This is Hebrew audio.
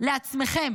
לעצמכם